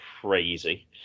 crazy